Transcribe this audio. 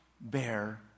bear